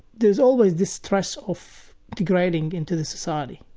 there's always the stress of integrating into the society,